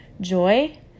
joy